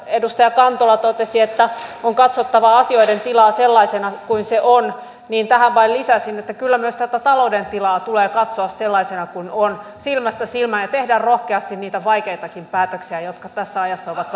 edustaja kantola totesi että on katsottava asioiden tilaa sellaisena kuin se on tähän vain lisäisin että kyllä myös tätä talouden tilaa tulee katsoa sellaisena kuin se on silmästä silmään ja tehdä rohkeasti niitä vaikeitakin päätöksiä jotka tässä ajassa ovat